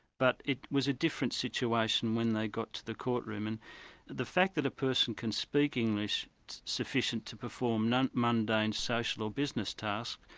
but it was a different situation when they got to the courtroom, and the fact that a person can speak english sufficient to perform mundane social or business tasks,